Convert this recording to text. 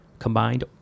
Combined